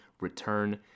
return